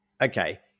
okay